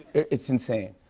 it's insane.